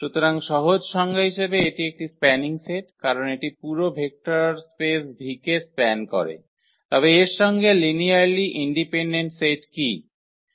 সুতরাং সহজ সংজ্ঞা হিসাবে এটি একটি স্প্যানিং সেট কারণ এটি পুরো ভেক্টর স্পেস V কে স্প্যান করে তবে এর সঙ্গে লিনিয়ারালি ইন্ডিপেন্ডেন্ট সেট কী